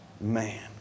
Man